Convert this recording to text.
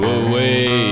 away